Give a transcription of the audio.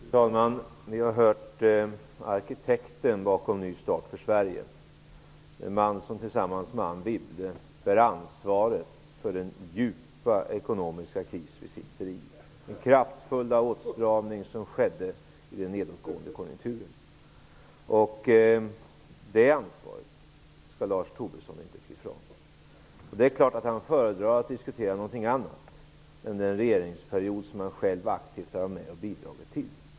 Fru talman! Vi har hört arkitekten bakom Ny start för Sverige, den man som tillsammans med Anne Wibble bär ansvaret för den djupa ekonomiska kris vi sitter i och den kraftfulla åtstramning som skedde i den nedåtgående konjunkturen. Det ansvaret skall Lars Tobisson inte fly från. Det är klart att han föredrar att diskutera något annat än den regeringsperiod som han själv aktivt varit med och bidragit till.